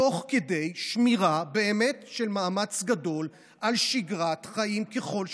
תוך כדי שמירה של מאמץ גדול על שגרת חיים ככל שאפשר.